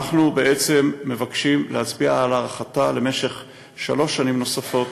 אנחנו מבקשים להצביע על הארכתה למשך שלוש שנים נוספות,